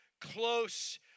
close